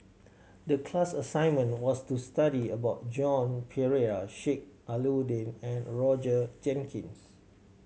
the class assignment was to study about Joan Pereira Sheik Alau'ddin and Roger Jenkins